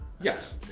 Yes